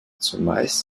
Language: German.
zumeist